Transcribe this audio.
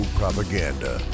propaganda